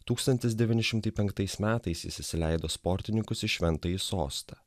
tūkstantis devyni šimtai penktais metais jis įsileido sportininkus į šventąjį sostą